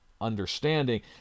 understanding